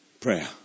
Prayer